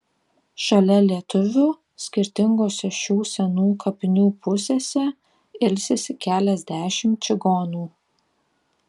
šalia lietuvių skirtingose šių senų kapinių pusėse ilsisi keliasdešimt čigonų